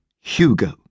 Hugo